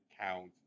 count